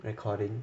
recording